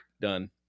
done